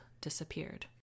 disappeared